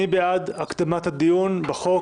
מי בעד הקדמת הדיון בחוק?